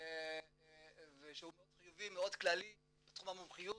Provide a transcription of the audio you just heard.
שהוא מאוד חיובי וכללי בתחום המומחיות,